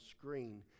screen